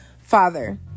Father